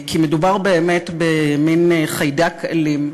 כי מדובר באמת במין חיידק אלים,